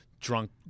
drunk